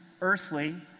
earthly